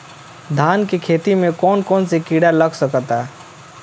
धान के खेती में कौन कौन से किड़ा लग सकता?